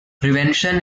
prevention